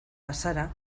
bazara